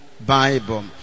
Bible